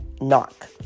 knock